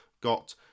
got